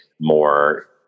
more